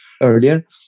earlier